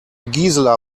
gisela